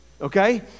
okay